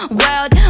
world